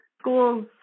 school's